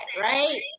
right